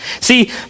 See